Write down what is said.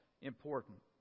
important